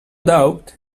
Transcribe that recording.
doubt